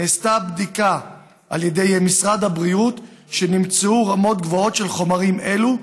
נעשתה בדיקה על ידי משרד הבריאות ונמצאו רמות גבוהות של החומרים האלה,